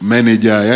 Manager